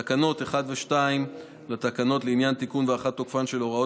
תקנות 1 ו-2 הן לעניין תיקון והארכת תוקפן של ההוראות